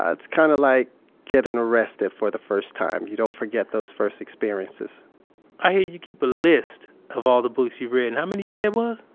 ah it's kind of like gettin' arrested for the first time you don't forget those first experiences i hear you keep a list of all the books you've read and, how many you say it was?